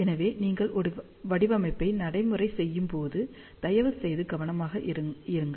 எனவே நீங்கள் ஒரு வடிவமைப்பை நடைமுறை செய்யும்போது தயவுசெய்து கவனமாக இருங்கள்